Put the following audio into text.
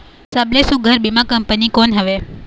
सबले सुघ्घर बीमा कंपनी कोन हवे?